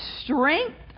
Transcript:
strength